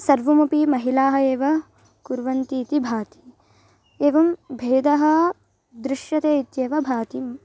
सर्वमपि महिलाः एव कुर्वन्तीति भाति एवं भेदः दृश्यते इत्येव भाति